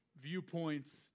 viewpoints